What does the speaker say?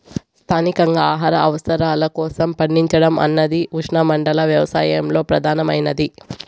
స్థానికంగా ఆహార అవసరాల కోసం పండించడం అన్నది ఉష్ణమండల వ్యవసాయంలో ప్రధానమైనది